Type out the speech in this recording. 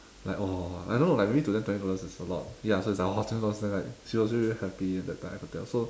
like !wah! I don't know like maybe to them twenty dollars is a lot ya so it's like !wah! twenty dollars then like she really very happy at that time I could tell so